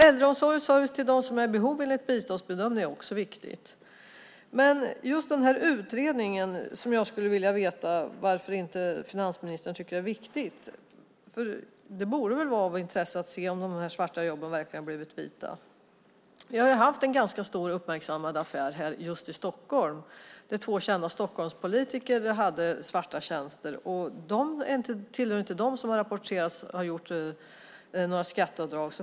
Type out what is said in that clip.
Äldreomsorg och service till dem som är i behov enligt biståndsbedömning är också viktigt. Jag skulle vilja veta varför finansministern inte tycker att det är viktigt att göra en utredning. Det borde väl vara av intresse att få veta om de svarta jobben verkligen blivit vita. Vi hade en ganska uppmärksammad affär i Stockholm där två kända Stockholmspolitiker köpte svarta tjänster, och de tillhör inte dem som rapporterats ha gjort några skatteavdrag.